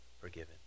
forgiven